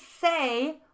say